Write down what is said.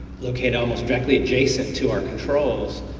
located almost directly adjacent to our controls,